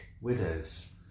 widows